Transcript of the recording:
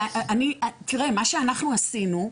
מה שאנחנו עשינו,